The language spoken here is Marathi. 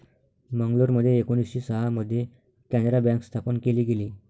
मंगलोरमध्ये एकोणीसशे सहा मध्ये कॅनारा बँक स्थापन केली गेली